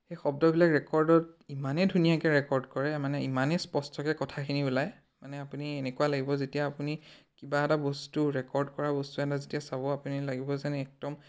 সেই শব্দবিলাক ৰেকৰ্ডত ইমানেই ধুনীয়াকৈ ৰেকৰ্ড কৰে মানে ইমানেই স্পষ্টকৈ কথাখিনি ওলায় মানে আপুনি এনেকুৱা লাগিব যেতিয়া আপুনি কিবা এটা বস্তু ৰেকৰ্ড কৰা বস্তু এটা যেতিয়া চাব আপুনি লাগিব যেন একদম